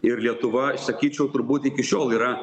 ir lietuva sakyčiau turbūt iki šiol yra